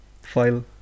file